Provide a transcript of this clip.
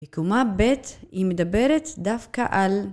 תקומה ב' אם מדברת דווקא על